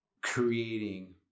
creating